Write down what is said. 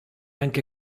anche